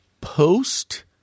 post